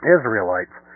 Israelites